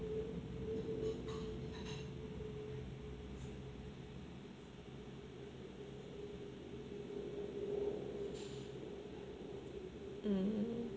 mm